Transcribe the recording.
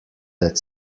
that